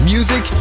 Music